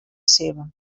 seva